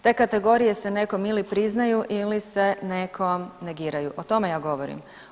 Te kategorije se nekom ili priznaju ili se nekom negiraju, o tome ja govorim.